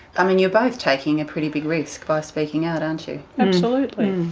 i mean, you're both taking a pretty big risk by speaking out, aren't you? absolutely.